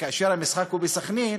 וכאשר המשחק הוא בסח'נין